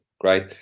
Great